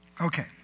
Okay